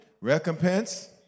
recompense